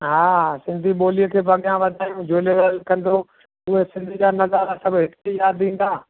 हा सिंधी ॿोलीअ खे बि अॻियां वधायूं झूलेलाल कंदो उहे सिंधु जा नज़ारा सभु हिते यादि ईंदा